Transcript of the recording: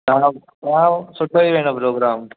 तव्हां तव्हां सुठो ई वेंदव प्रोग्राम